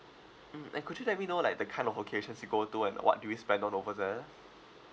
mm and could you let me know like the kind of locations you go to and what do you spend on over there